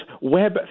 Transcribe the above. Web